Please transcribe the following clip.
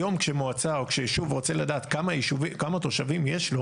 היום כשמועצה או כשישוב רוצה לדעת כמה תושבים יש לו